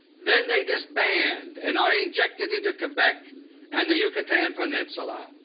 then they disband and are injected into quebec and the yucatan peninsula.